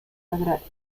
sagrario